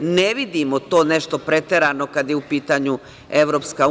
Ne vidimo to nešto preterano kada je u pitanju EU.